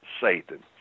Satan